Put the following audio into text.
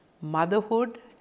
motherhood